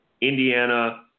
Indiana